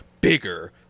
bigger